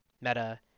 meta